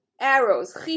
arrows